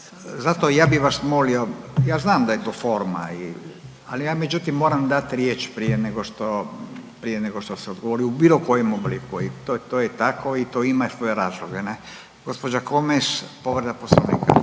Zato ja bi vas molio, ja znam da je to forma i, ali ja međutim moram dat riječ prije nego što, prije nego što se odgovori u bilo kojem obliku i to je tako i to ima svoje razloge, ne. Gospođa Komes, povreda Poslovnika.